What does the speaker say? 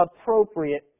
appropriate